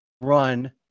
run